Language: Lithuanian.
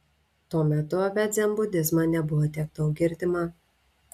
tuo metu apie dzenbudizmą nebuvo tiek daug girdima